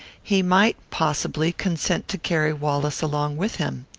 he might, possibly, consent to carry wallace along with him.